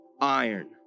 iron